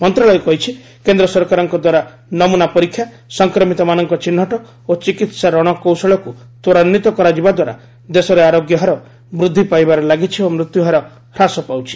ମନ୍ତ୍ରଣାଳୟ କହିଛି କେନ୍ଦ୍ର ସରକାରଙ୍କ ଦ୍ୱାରା ନମୁନା ପରୀକ୍ଷା ସଂକ୍ରମିତମାନଙ୍କ ଚିହ୍ନଟ ଓ ଚିକିତ୍ସା ରଣକୌଶଳକୁ ତ୍ୱରାନ୍ୱିତ କରାଯିବା ଦ୍ୱାରା ଦେଶରେ ଆରୋଗ୍ୟ ହାର ବୃଦ୍ଧି ପାଇବାରେ ଲାଗିଛି ଓ ମୃତ୍ୟୁହାର ହ୍ରାସ ପାଉଛି